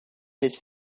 his